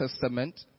Testament